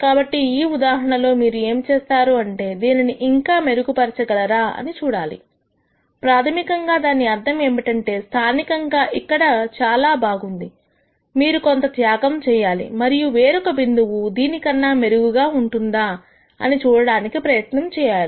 కాబట్టి ఈ ఉదాహరణలో మీరు ఏమి చేస్తారు అంటే దీనిని ఇంకా మెరుగు పరచగలరా అని చూడాలి ప్రాథమికంగా దాని అర్థం ఏమిటంటే స్థానికంగా ఇక్కడ చాలా బాగుంది మీరు కొంత త్యాగం చేయాలి మరియు వేరొక బిందువు దీనికన్నా మెరుగ్గా ఉంటుందా అది చూడడానికి ప్రయత్నించాలి